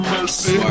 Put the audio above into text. Mercy